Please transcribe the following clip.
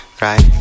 Right